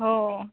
हो